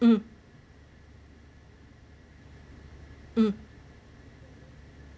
mm mm